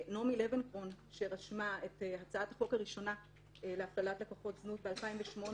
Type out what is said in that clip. נעמי לבנקרון שרשמה את הצעת החוק הראשונה להפללת לקוחות זנות ב-2008,